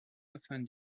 often